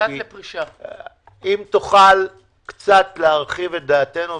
אם תוכל קצת להרחיב את דעתנו,